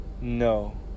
No